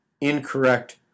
incorrect